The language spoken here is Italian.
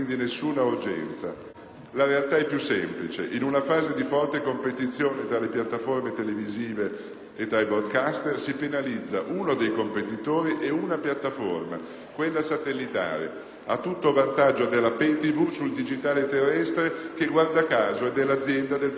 La realtà è più semplice. In una fase di forte competizione tra le piattaforme televisive e tra i *broadcaster* si penalizza uno dei competitori e una piattaforma, quella satellitare, a tutto vantaggio della *pay tv* sul digitale terrestre che - guarda caso - è della azienda del Presidente del Consiglio.